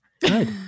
Good